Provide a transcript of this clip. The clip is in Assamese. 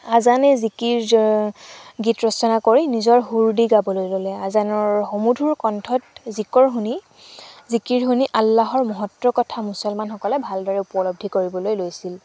আজানে জিকিৰ জ গীত ৰচনা কৰি নিজৰ সুৰ দি গাবলৈ ল'লে আজানৰ সুমধুৰ কণ্ঠত জিকৰ শুনি জিকিৰ শুনি আল্লাহৰ মহত্বৰ কথা মুছলমানসকলে ভালদৰে উপলব্ধি কৰিবলৈ লৈছিল